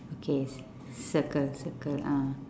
okay circle circle ah